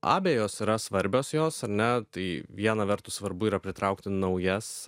abejos yra svarbios jos ar ne tai viena vertus svarbu yra pritraukti naujas